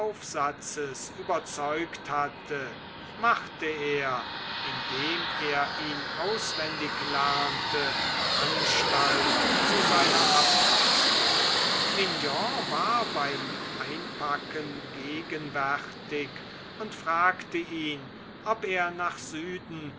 überzeugt hatte machte er indem er ihn auswendig lernte anstalt zu seiner abreise mignon war beim einpacken gegenwärtig und fragte ihn ob er nach süden